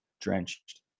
drenched